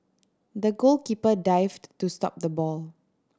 the goalkeeper dived to stop the ball